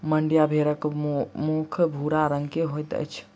मांड्या भेड़क मुख भूरा रंग के होइत अछि